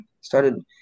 started